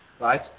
right